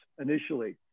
initially